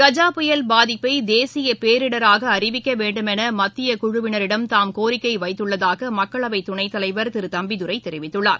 கஜா புயல் பாதிப்பைதேசியபேரிடராகஅறிவிக்கவேண்டும் எனமத்தியகுழுவினரிடம் தாம் கோரிக்கைவைத்துள்ளதாகமக்களவைதுணைதலைவர் திருதம்பிதுரைதெரிவித்துள்ளார்